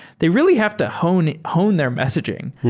they really have to hone hone their messaging,